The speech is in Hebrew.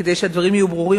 כדי שהדברים יהיו ברורים,